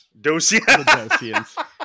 Dosians